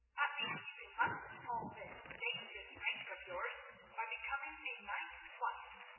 at least you can lessen all this dangerous rank of yours by becoming a knight's wife.